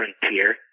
frontier